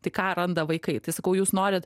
tai ką randa vaikai tai sakau jūs norit